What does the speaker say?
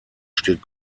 steht